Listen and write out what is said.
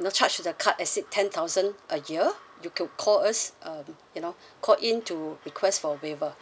you know charge the card exceed ten thousand a year you could call us um you know call in to request for a waiver